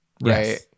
right